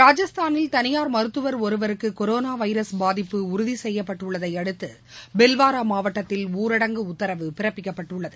ராஜஸ்தானில் தனியார் மருத்துவர் ஒருவருக்கு கொரோனா வைரஸ் பாதிப்பு உறுதி செய்யப்பட்டுள்ளதை அடுத்து பில்வாரா மாவட்டத்தில் ஊரடங்கு உத்தரவு பிறப்பிக்கப்பட்டுள்ளது